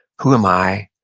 who am i?